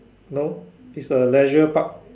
no it's a Leisure Park